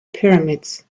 pyramids